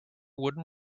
wooden